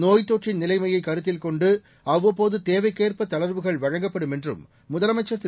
நோய்த் தொற்றின் நிலைமையை கருத்தில் கொண்டு அவ்வப்போது தேவைக்கேற்ப தளர்வுகள் வழங்கப்படும் என்றும் முதலமைச்சர் திரு